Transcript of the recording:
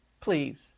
please